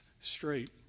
straight